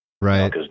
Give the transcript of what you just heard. Right